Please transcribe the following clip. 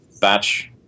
batch